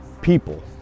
people